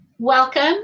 Welcome